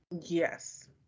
Yes